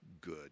good